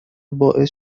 باعث